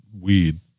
weed